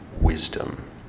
wisdom